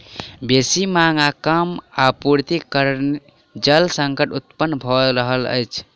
बेसी मांग आ कम आपूर्तिक कारणेँ जल संकट उत्पन्न भ रहल अछि